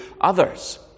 others